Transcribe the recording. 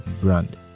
brand